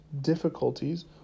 difficulties